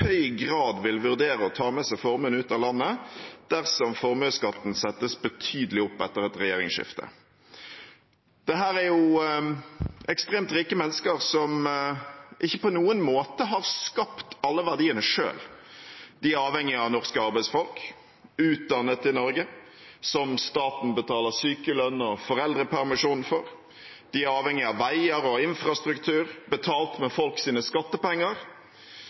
høy grad vil vurdere å ta med seg formuen ut av landet dersom formuesskatten settes betydelig opp etter et regjeringsskifte. Dette er ekstremt rike mennesker som ikke på noen måte har skapt alle verdiene selv. De er avhengig av norske arbeidsfolk, utdannet i Norge, som staten betaler sykelønn og foreldrepermisjon for. De er avhengig av veier og infrastruktur, betalt med folk sine skattepenger.